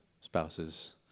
spouses